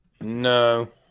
No